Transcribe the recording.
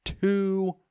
Two